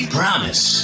promise